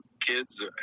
kids